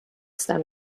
stem